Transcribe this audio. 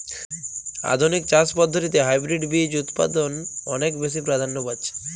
আধুনিক চাষ পদ্ধতিতে হাইব্রিড বীজ উৎপাদন অনেক বেশী প্রাধান্য পাচ্ছে